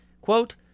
quote